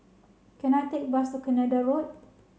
can I take bus to Canada Road